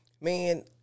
man